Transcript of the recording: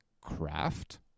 craft